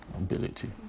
ability